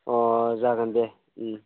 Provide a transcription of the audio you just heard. अ जागोन दे